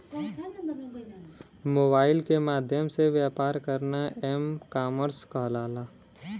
mobile के माध्यम से व्यापार करना एम कॉमर्स कहलाला